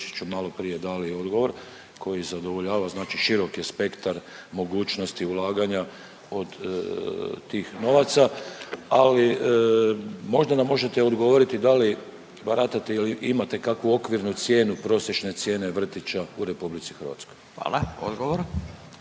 malo prije dali odgovor koji zadovoljava, znači širok je spektar mogućnosti ulaganja od tih novaca, ali možda nam možete odgovoriti da li baratate ili imate kakvu okvirnu cijenu prosječne cijene vrtića u Republici Hrvatskoj. **Radin,